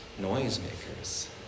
Noisemakers